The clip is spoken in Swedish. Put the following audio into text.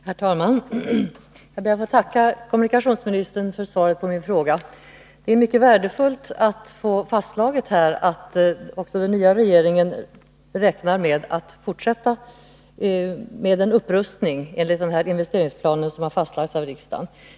Herr talman! Jag ber att få tacka kommunikationsministern för svaret på min fråga. Det är mycket värdefullt att få fastslaget att också den nya regeringen räknar med att fortsätta en upprustning enligt den investeringsplan som fastlagts av riksdagen.